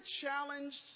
challenged